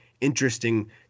interesting